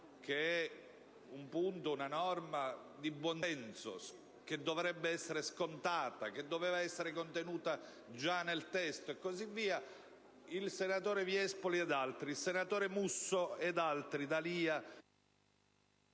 che è un punto, una norma di buon senso e che quindi dovrebbe essere scontata e che doveva essere contenuta già nel testo, il senatore Viespoli ed altri, il senatore Musso ed altri, il